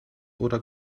oder